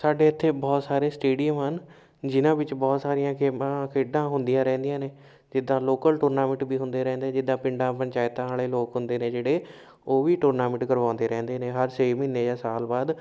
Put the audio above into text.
ਸਾਡੇ ਇੱਥੇ ਬਹੁਤ ਸਾਰੇ ਸਟੇਡੀਅਮ ਹਨ ਜਿਹਨਾਂ ਵਿੱਚ ਬਹੁਤ ਸਾਰੀਆਂ ਗੇਮਾਂ ਖੇਡਾਂ ਹੁੰਦੀਆਂ ਰਹਿੰਦੀਆਂ ਨੇ ਜਿੱਦਾਂ ਲੋਕਲ ਟੂਰਨਾਮੈਂਟ ਵੀ ਹੁੰਦੇ ਰਹਿੰਦੇ ਜਿੱਦਾਂ ਪਿੰਡਾਂ ਪੰਚਾਇਤਾਂ ਵਾਲੇ ਲੋਕ ਹੁੰਦੇ ਨੇ ਜਿਹੜੇ ਉਹ ਵੀ ਟੂਰਨਾਮੈਂਟ ਕਰਵਾਉਂਦੇ ਰਹਿੰਦੇ ਨੇ ਹਰ ਛੇ ਮਹੀਨੇ ਜਾਂ ਸਾਲ ਬਾਅਦ